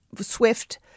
swift